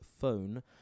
phone